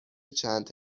چند